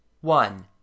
One